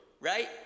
right